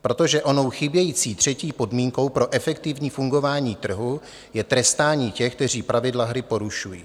Protože onou chybějící třetí podmínkou pro efektivní fungování trhu je trestání těch, kteří pravidla hry porušují.